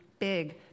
Big